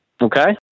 Okay